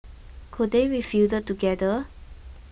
could they be fielded together